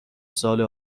سال